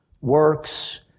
works